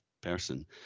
person